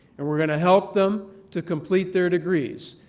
and we're going to help them to complete their degrees.